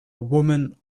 woman